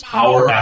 Power